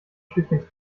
stückchen